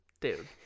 Dude